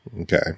Okay